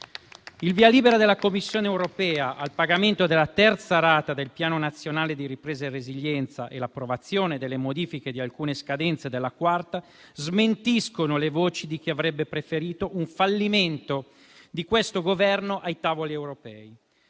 Il via libera della Commissione europea al pagamento della terza rata del Piano nazionale di ripresa e resilienza e l'approvazione delle modifiche di alcune scadenze della quarta smentiscono le voci di chi avrebbe preferito un fallimento di questo Governo sui tavoli europei,